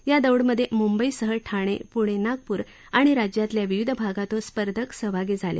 या दौडमधे मुंबईसह ठाणे पूणे नागपूर आणि राज्यातल्या विविध भागातून स्पर्धक सहभागी झाले